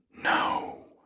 No